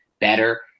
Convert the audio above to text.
better